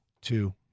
two